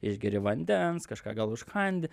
išgeri vandens kažką gal užkandi